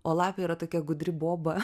o lapė yra tokia gudri boba